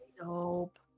Nope